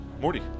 Morty